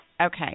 Okay